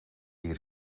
die